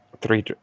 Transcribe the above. Three